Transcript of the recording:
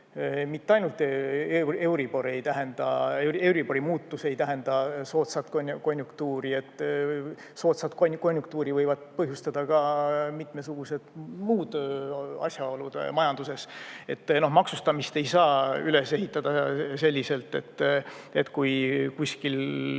Mitte euribori muutus ei tähenda soodsat konjunktuuri. Soodsat konjunktuuri võivad põhjustada ka mitmesugused muud asjaolud majanduses. Maksustamist ei saa üles ehitada selliselt, et kui kuskil